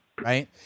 Right